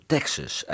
Texas